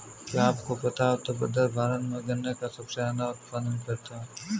क्या आपको पता है उत्तर प्रदेश भारत में गन्ने का सबसे ज़्यादा उत्पादन करता है?